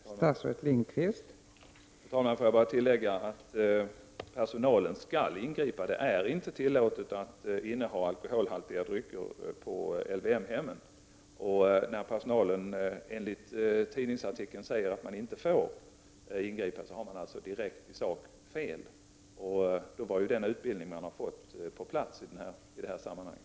Fru talman! Jag vill bara tillägga att personalen skall ingripa. Det är inte tillåtet att inneha alkoholhaltiga drycker på ett LYM-hem. När personalen enligt tidningsartikeln säger att de inte får ingripa, har de direkt fel i sak. I så fall var den utbildning som man nu har fått på sin plats i det här sammanhanget.